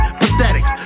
pathetic